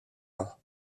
ans